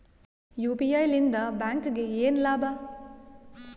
UPI ಲಿಂದ ಬ್ಯಾಂಕ್ಗೆ ಏನ್ ಲಾಭ?